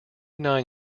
nine